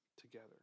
together